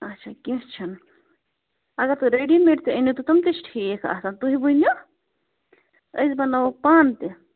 اَچھا کیٚنٛہہ چھُنہٕ اگر تۄہہِ ریٚڈی میڈ تہِ أنِو تہٕ تِم تہِ چھِ ٹھیٖک آسان تُہۍ ؤنِو أسۍ بانوو پانہٕ تہِ